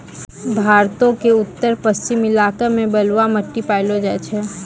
भारतो के उत्तर पश्चिम इलाका मे बलुआ मट्टी पायलो जाय छै